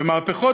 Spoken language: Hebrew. מהפכות,